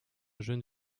jeune